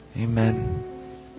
Amen